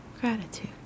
gratitude